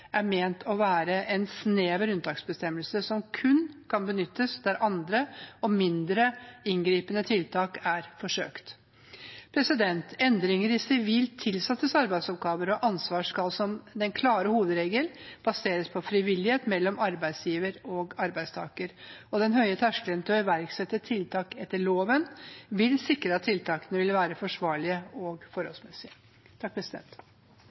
er ment å være en snever unntaksbestemmelse som kun kan benyttes der andre og mindre inngripende tiltak er forsøkt. Endringer i sivilt tilsattes arbeidsoppgaver og ansvar skal som den klare hovedregel baseres på frivillighet mellom arbeidsgiver og arbeidstaker. Den høye terskelen for å iverksette tiltak etter loven vil sikre at tiltakene vil være forsvarlige og